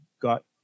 Got